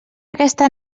aquesta